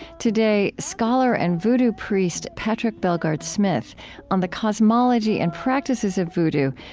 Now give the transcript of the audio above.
today scholar and vodou priest, patrick bellegarde-smith on the cosmology and practices of vodou,